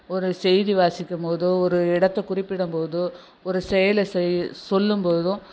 ஒரு செய்தி வாசிக்கும்போதோ ஒரு இடத்தை குறிப்பிடும்போதோ ஒரு செயலை செய் சொல்லும்பொழுதும்